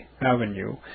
Avenue